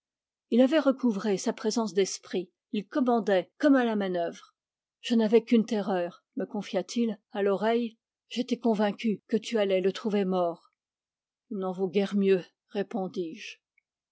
il avait recouvré sa présence d'esprit il commandait comme à la manœuvre je n'avais qu'une terreur me confia t ii à l'oreille j'étais convaincu que tu allais le trouver mort il n'en vaut guère mieux répondis-je